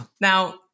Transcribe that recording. Now